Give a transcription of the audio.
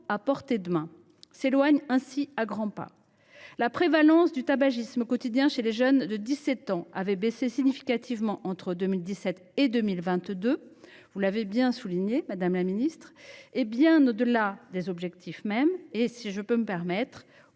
à portée de main, s’éloigne donc à grands pas. La prévalence du tabagisme quotidien chez les jeunes de 17 ans avait pourtant baissé significativement entre 2017 et 2022 – vous l’avez souligné, madame la ministre –, bien au delà des objectifs, et même au delà des